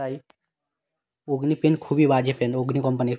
তাই অগ্নি পেন খুবই বাজে পেন অগ্নি কম্পানির